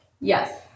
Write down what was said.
Yes